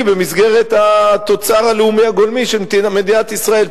במסגרת התוצר הלאומי הגולמי של מדינת ישראל.